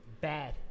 Bad